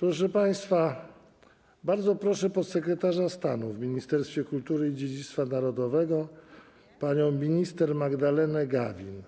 Proszę państwa, bardzo proszę podsekretarza stanu w Ministerstwie Kultury i Dziedzictwa Narodowego panią minister Magdalenę Gawin